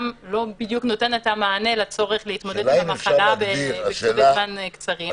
גם לא בדיוק נותן את המענה לצורך להתמודד עם המחלה בזמן קצר.